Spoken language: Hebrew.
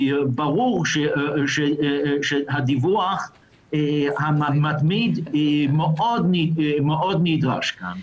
ברור שהדיווח המתמיד נדרש מאוד כאן.